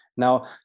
Now